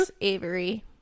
avery